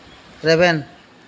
ᱨᱮᱵᱮᱱ